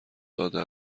داده